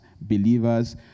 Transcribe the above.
believers